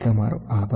તમારો આભાર